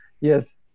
Yes